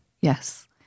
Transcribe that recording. yes